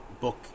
book